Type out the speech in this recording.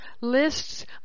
lists